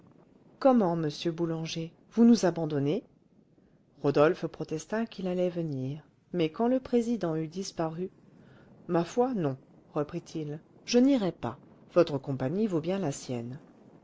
comment monsieur boulanger vous nous abandonnez rodolphe protesta qu'il allait venir mais quand le président eut disparu ma foi non reprit-il je n'irai pas votre compagnie vaut bien la sienne